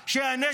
סתם, ווליד,